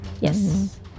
Yes